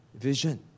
Vision